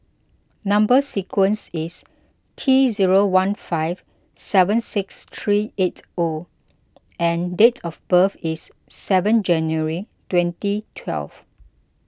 Number Sequence is T zero one five seven six three eight O and date of birth is seven January twenty twelve